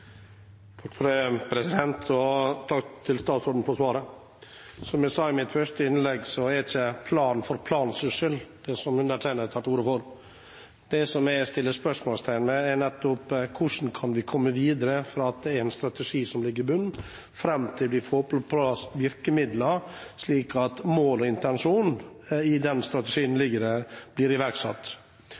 Takk til statsråden for svaret. Som jeg sa i mitt første innlegg, er det ikke planen for planens skyld som undertegnede har tatt til orde for. Det som jeg stiller spørsmål ved, er: Hvordan kan vi komme videre fra en strategi som ligger i bunnen, til vi får på plass virkemidler, slik at målet og intensjonen i den strategien som foreligger, blir